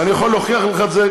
ואני יכול להוכיח לך את זה,